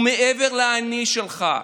הוא מעבר ל"אני" שלך.